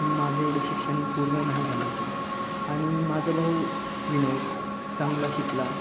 माझं एवढं शिक्षण पूर्ण नाही झालं असे आणि माझं भाऊ विनोद चांगला शिकला